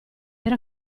per